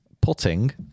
putting